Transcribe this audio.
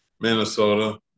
Minnesota